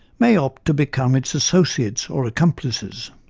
may opt to become its associates or accomplices.